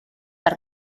per